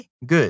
good